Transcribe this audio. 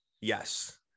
Yes